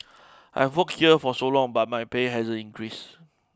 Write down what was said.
I've worked here for so long but my pay hasn't increased